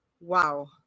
wow